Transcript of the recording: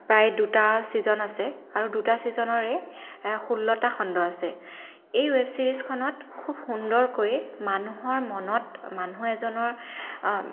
প্ৰায় দুটা ছিজন আছে আৰু দুটা ছিজনৰে ষোল্লটা খণ্ড আছে এই ৱেব ছিৰিজখনত খুব সুন্দৰকৈ মানুহৰ মনত মানুহ এজনৰ